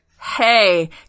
hey